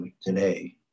today